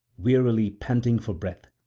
wearily panting for breath.